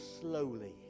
slowly